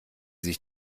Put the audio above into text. sich